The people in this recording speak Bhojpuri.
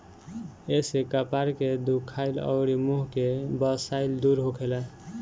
एसे कपार के दुखाइल अउरी मुंह के बसाइल दूर होखेला